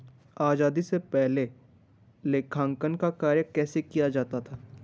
आजादी से पहले लेखांकन का कार्य कैसे किया जाता था?